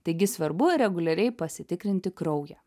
taigi svarbu reguliariai pasitikrinti kraują